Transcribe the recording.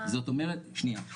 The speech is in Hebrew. שנייה,